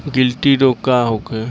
गिलटी रोग का होखे?